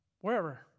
wherever